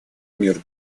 мир